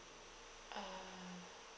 uh